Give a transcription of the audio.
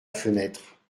fenêtre